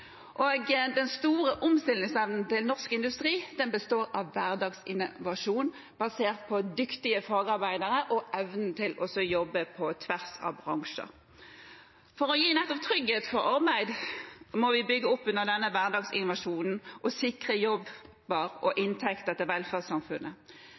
Den store omstillingsevnen til norsk industri består av hverdagsinnovasjon, basert på dyktige fagarbeidere og evnen til å jobbe på tvers av bransjer. For å gi nettopp trygghet for arbeid må vi bygge opp under denne hverdagsinnovasjonen og sikre jobber og